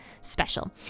special